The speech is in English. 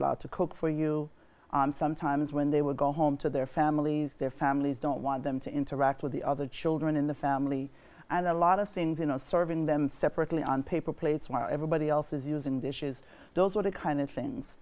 allowed to cook for you sometimes when they would go home to their families their families don't want them to interact with the other children in the family and a lot of things you know serving them separately on paper plates where everybody else is using dishes those are the kind of things